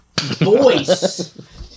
voice